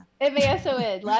m-a-s-o-n